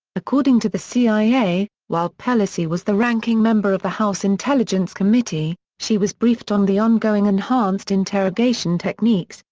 according to the cia, while pelosi was the ranking member of the house intelligence committee, she was briefed on the ongoing enhanced interrogation techniques,